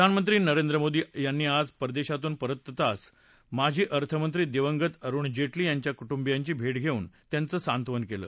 प्रधानमंत्री नरेंद्र मोदी यांनी आज परदेशातून परतताच माजी अर्थमंत्री दिवंगत अरुण जेटली यांच्या कुटुंबियांची भेट घेऊन त्यांचं सांत्वन केलं